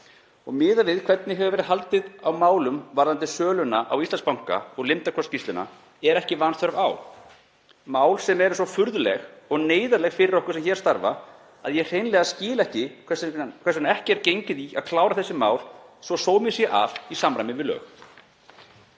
og miðað við hvernig hefur verið haldið á málum varðandi söluna á Íslandsbanka og Lindarhvolsskýrsluna er ekki vanþörf á, mál sem eru svo furðuleg og neyðarleg fyrir okkur sem hér starfa að ég skil hreinlega ekki hvers vegna ekki er gengið í að klára þessi mál svo sómi sé að í samræmi við lög.